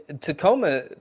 Tacoma